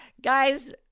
Guys